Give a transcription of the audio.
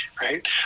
right